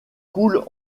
coule